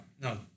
No